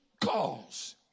cause